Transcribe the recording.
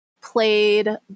played